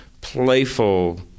playful